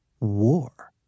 war